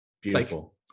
Beautiful